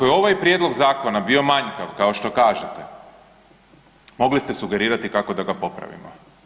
Ako je ovaj prijedlog zakona bio manjkav kao što kažete mogli ste sugerirati kako da ga popravimo.